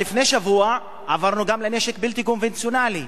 אבל לפני שבוע עברנו גם לנשק בלתי קונבנציונלי,